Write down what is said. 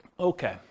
Okay